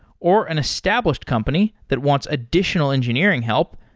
or an established company that wants additional engineering help,